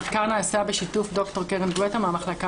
המחקר נעשה בשיתוף ד"ר קרן גואטה מהמחלקה